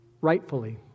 rightfully